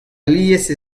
alies